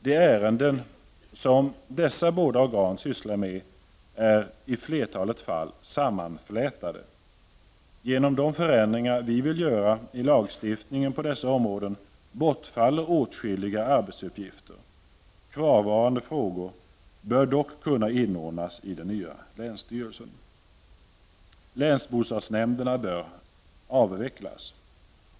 De ärenden som dessa båda organ sysslar med är i flertalet fall sammanflätade. Genom de förändringar vi vill göra i lagstiftningen på dessa områden bortfaller åtskilliga arbetsuppgifter. Kvarvarande frågor bör dock kunna inordnas i den nya länsstyrelsen. Länsbostadsnämnderna bör avvecklas.